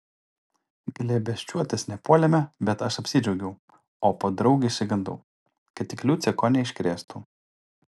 glėbesčiuotis nepuolėme bet aš apsidžiaugiau o podraug išsigandau kad tik liucė ko neiškrėstų